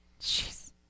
Jeez